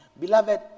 Beloved